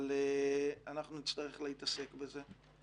אבל אנחנו נצטרך להתעסק בזה.